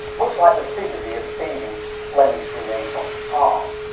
much like the figures he had seen in flemish renaissance art.